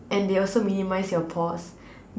and they also minimise your pores